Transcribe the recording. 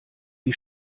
die